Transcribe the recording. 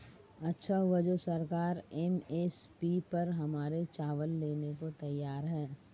अच्छा हुआ जो सरकार एम.एस.पी पर हमारे चावल लेने को तैयार है